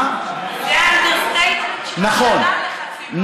זה האנדרסטייטמנט של השנה, לחצים לא מעטים.